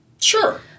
Sure